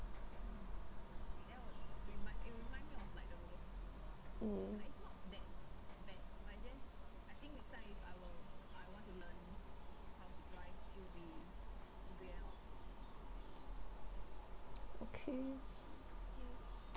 mm okay